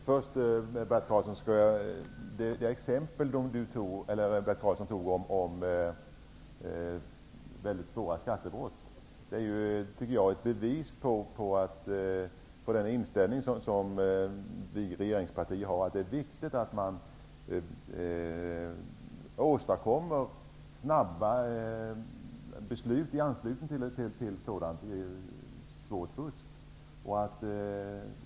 Herr talman! Det exempel som Bert Karlsson tog upp om mycket svåra skattebrott, tycker jag är ett bevis på den inställning som regeringspartierna har, nämligen att det är viktigt att man åstadkommer snabba beslut i anslutning till sådant svårt fusk.